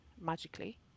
magically